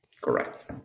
Correct